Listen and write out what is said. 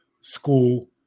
school